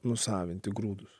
nusavinti grūdus